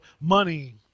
money